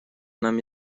нам